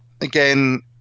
again